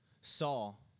Saul